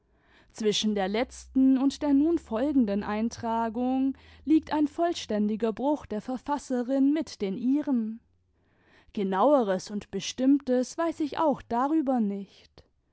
zwischen der letzten imd der nun folgenden eintragung liegt ein vollständiger bruch der verfasserin mit den ihren genaueres und bestimmtes weiß ich auch darüber nicht